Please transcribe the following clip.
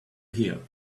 here